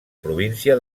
província